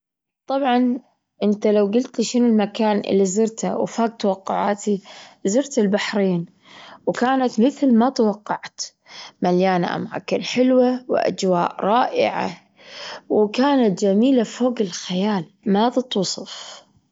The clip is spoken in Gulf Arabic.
طبعًا أنت لو قلتلي شنو المكان اللي زرته وفاج توقعاتي، زرت البحرين، وكانت مثل ما توقعت مليانة أماكن حلوة وأجواء رائعة وكانت جميلة فوج الخيال ما تتوصف.